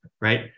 right